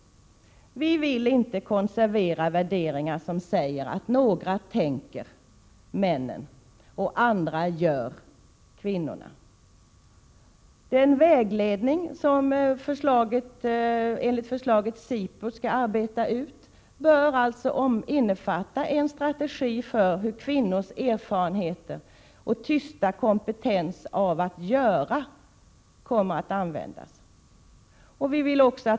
Folkpartiet vill inte konservera värderingar som säger att några tänker — männen — och andra gör — kvinnorna. Den vägledning som SIPU enligt förslaget skall arbeta ut bör alltså innefatta en strategi för hur kvinnors erfarenheter och tysta kompetens att ”göra” kommer att användas.